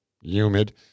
humid